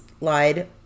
lied